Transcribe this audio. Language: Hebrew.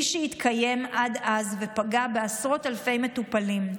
שהתקיים עד אז ופגע בעשרות אלפי מטופלים.